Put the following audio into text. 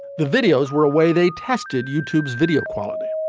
the videos were a way they tested youtube's video quality.